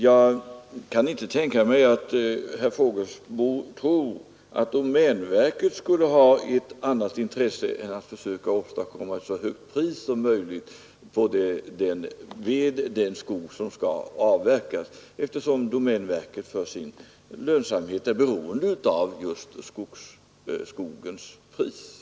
Jag kan inte tänka mig att herr Fågelsbo tror att domänverket skulle ha ett annat intresse än att försöka åstadkomma ett så högt pris som möjligt på den skog som skall avverkas, eftersom domänverket för sin lönsamhet är beroende av just priset på skog.